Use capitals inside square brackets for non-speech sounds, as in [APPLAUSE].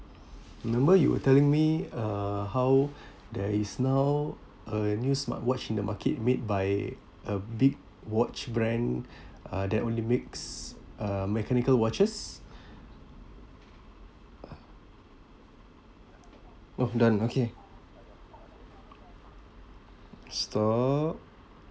remember you were telling me uh how [BREATH] there is now a new smartwatch in the market made by a big watch brand [BREATH] uh that only makes uh mechanical watches [BREATH] oh done okay stop